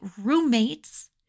roommates